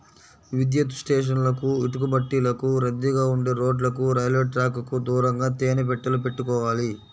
విద్యుత్ స్టేషన్లకు, ఇటుకబట్టీలకు, రద్దీగా ఉండే రోడ్లకు, రైల్వే ట్రాకుకు దూరంగా తేనె పెట్టెలు పెట్టుకోవాలి